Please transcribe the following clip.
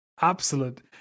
absolute